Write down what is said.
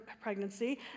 pregnancy